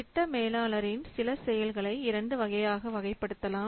திட்ட மேலாளரின் சில செயல்களை இரண்டு வகையாக வகைப்படுத்தலாம்